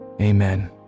Amen